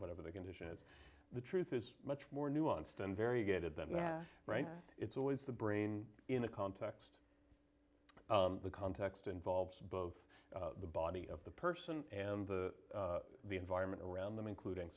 whatever the condition is the truth is much more nuanced and very good than that right it's always the brain in a context the context involves both the body of the person and the the environment around them including